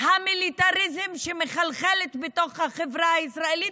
המיליטריזם שמחלחלת בתוך החברה הישראלית.